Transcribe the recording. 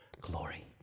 Glory